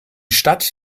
stadt